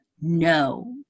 no